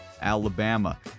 Alabama